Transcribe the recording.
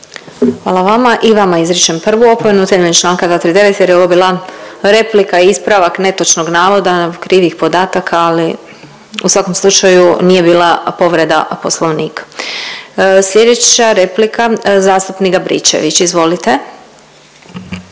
Hvala vama. I vama izričem prvu opomenu temeljem članka 239. jer je ovo bila replika, ispravak netočnog navoda krivih podataka, ali u svakom slučaju nije bila povreda Poslovnika. Sljedeća replika zastupnik Gabričević, izvolite.